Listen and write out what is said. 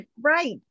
right